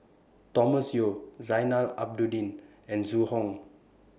Thomas Yeo Zainal Abidin and Zhu Hong